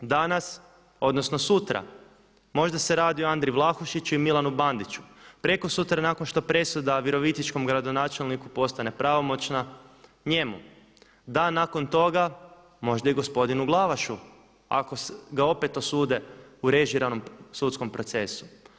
Danas, odnosno sutra možda se radi o Andri Vlahušiću i Milanu Bandiću, prekosutra nakon što presuda virovitičkom gradonačelniku postane pravomoćna njemu, dan nakon toga možda i gospodinu Glavašu ako ga opet osude u režiranom sudskom procesu.